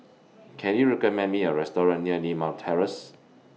Can YOU recommend Me A Restaurant near Limau Terrace